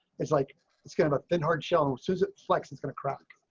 it's like it's kind of a thin hard shell susan flex is going to crack.